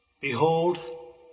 behold